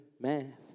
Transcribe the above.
math